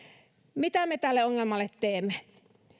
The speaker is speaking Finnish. mitä me tälle ongelmalle teemme